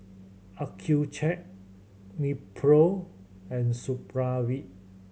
Accucheck Nepro and Supravit